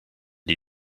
die